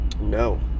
no